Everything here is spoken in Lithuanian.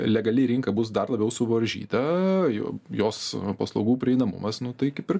legali rinka bus dar labiau suvaržyta jo jos paslaugų prieinamumas nu tai kaip ir